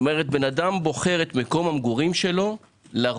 כלומר אדם בוחר את מקום מגוריו לרוב